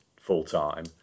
full-time